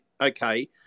okay